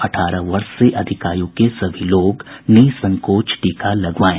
अठारह वर्ष से अधिक आयु के सभी लोग निःसंकोच टीका लगवाएं